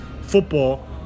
football